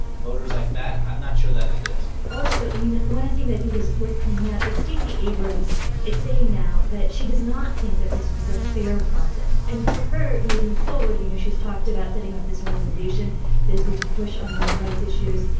voters like that? i'm not sure that it is also, i mean, one other thing that i think is worth pointing out is stacey abrams is saying now that she does not think that this was a fair process. and for her moving forward, you know, she's talked about setting up this organization that is going to push on voting rights issues,